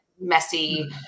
messy